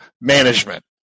management